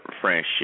friendship